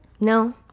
No